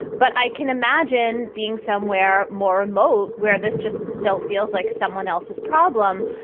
but i can imagine being somewhere more remote where this just cell feels like someone else's problem.